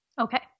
Okay